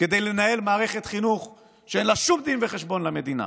כדי לנהל מערכת חינוך שאין לה שום דין וחשבון למדינה.